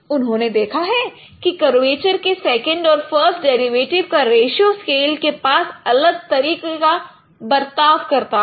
उन्होंने देखा है कि कर्वेचर के सेकंड और फ़र्स्ट डेरिवेटिव का रेशियो स्केल के पास अलग तरीके का बर्ताव करता है